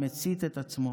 מצית את עצמו